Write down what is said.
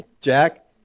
Jack